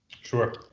sure